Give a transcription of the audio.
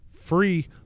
Free